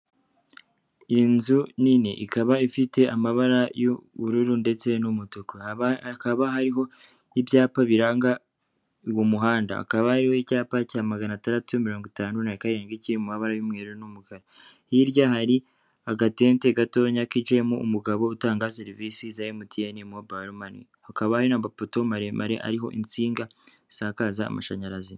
Iyi nzu ni nini, ikaba ifite amabara y'ubururu ndetse n'umutuku, hakaba hariho n'ibyapa biranga uwo muhanda, akaba ari icyapa cya magana atandatu mirongo itanu na karindwi kiri mu mabara y'umweru n'umukara, hirya hari agatente gatoya kicayemo umugabo utanga serivisi za MTN mobile money, hakaba ari n'amapoto maremare ariho insinga zisakaza amashanyarazi.